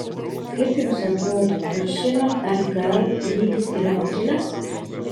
kaip jums atrodo ar šiemet rkl lygis yra pakilęs